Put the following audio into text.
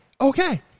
Okay